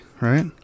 right